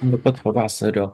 nuo pat pavasario